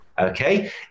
okay